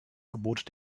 gebot